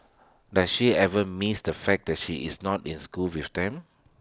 does she ever miss the fact that she is not in school with them